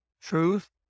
truth